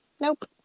Nope